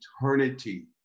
eternity